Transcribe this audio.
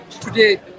today